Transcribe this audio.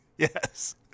Yes